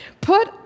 put